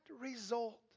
result